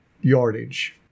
yardage